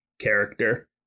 character